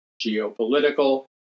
geopolitical